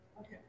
Okay